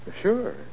sure